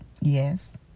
Yes